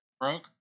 broke